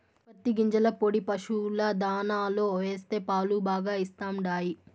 పత్తి గింజల పొడి పశుల దాణాలో వేస్తే పాలు బాగా ఇస్తండాయి